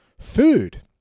food